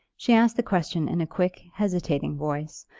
she asked the question in a quick, hesitating voice,